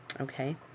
okay